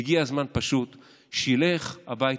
והגיע הזמן פשוט שילך הביתה.